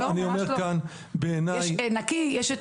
אני אומר כאן שבעיניי --- לא,